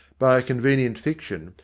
by a convenient fiction,